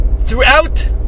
throughout